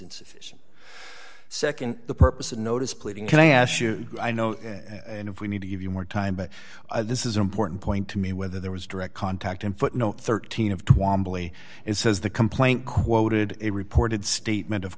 insufficient nd the purpose of notice pleading can i ask you i know and if we need to give you more time but this is an important point to me whether there was direct contact in footnote thirteen of tuam it says the complaint quoted a reported statement of